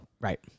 Right